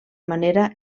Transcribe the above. manera